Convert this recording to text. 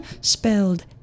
spelled